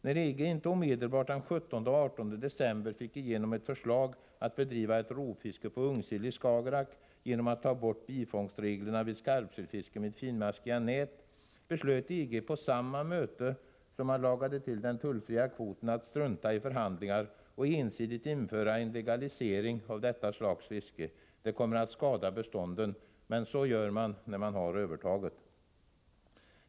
När EG inte omedelbart den 17 och 18 december fick igenom ett förslag att bedriva rovfiske på ungsill i Skagerrak genom att ta bort bifångstreglerna vid skarpsillfiske med finmaskiga nät beslöt EG på samma möte som man lagade till den tullfria kvoten att strunta i förhandlingar och ensidigt legalisera detta slags fiske. Det kommer att skada bestånden. Men så gör man när man har övertaget.